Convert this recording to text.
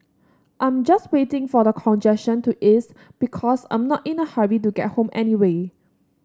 I'm just waiting for the congestion to ease because I'm not in a hurry to get home anyway